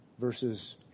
versus